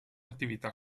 attività